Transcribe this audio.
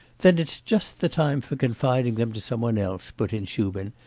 then it's just the time for confiding them to some one else put in shubin.